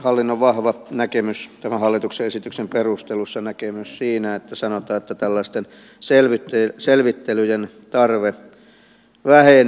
hallinnon vahva näkemys tämän hallituksen esityksen perusteluissa näkyy myös siinä että sanotaan että tällaisten selvittelyjen tarve vähenee